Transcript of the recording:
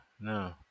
No